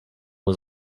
was